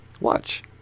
Watch